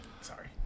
Sorry